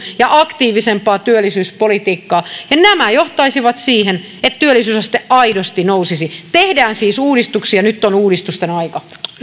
ja aktiivisempaa työllisyyspolitiikkaa ja nämä johtaisivat siihen että työllisyysaste aidosti nousisi tehdään siis uudistuksia nyt on uudistusten aika